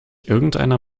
irgendeiner